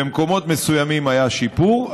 במקומות מסוימים היה שיפור,